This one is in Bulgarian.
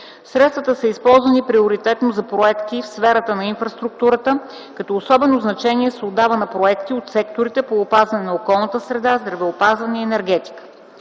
Средствата са използвани приоритетно за проекти в сферата на инфраструктурата, като особено значение се отдава на проекти от секторите по опазване на околната среда, здравеопазване, енергетика.